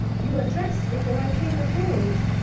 you were dressed before i came abroad.